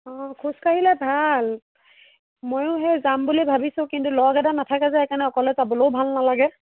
অঁ খোজ কাঢ়িলে ভাল ময়ো সেই যাম বুলি ভাবিছোঁ কিন্তু লগ এটা নাথাকে যে সেইকাৰণে অকলে যাবলৈয়ো ভাল নালাগে